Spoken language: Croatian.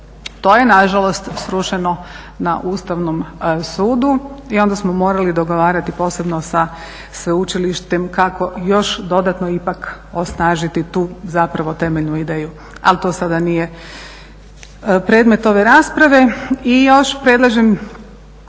To je nažalost srušeno na Ustavnom sudu i onda smo morali dogovarati posebno sa sveučilištem kako još dodatno ipak osnažiti tu zapravo temeljnu ideju, ali to sada nije predmet ove rasprave. I još predlažem